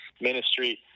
Ministry